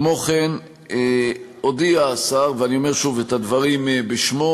כמו כן הודיע השר, ואני אומר שוב את הדברים בשמו,